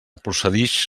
procedix